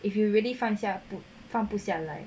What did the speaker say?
if you really 放下放不下来